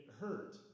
hurt